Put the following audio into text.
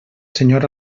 senyor